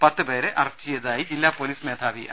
പത്ത് പേരെ അറസ്റ്റ് ചെയ്തതായി ജില്ലാ പൊലീസ് മേധാവി യു